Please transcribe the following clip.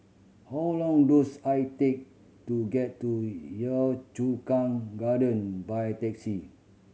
how long dose I take to get to Yio Chu Kang Garden by taxi